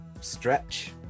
stretch